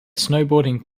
snowboarding